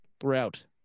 throughout